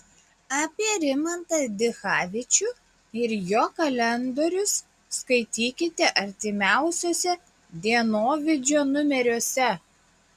apie rimantą dichavičių ir jo kalendorius skaitykite artimiausiuose dienovidžio numeriuose